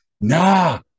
Nah